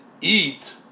eat